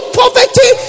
poverty